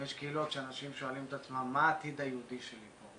ויש קהילות שאנשים שואלים את עצמם מה העתיד היהודי שלי פה,